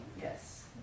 Yes